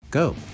go